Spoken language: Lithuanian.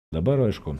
dabar aišku